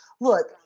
Look